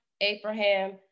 Abraham